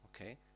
Okay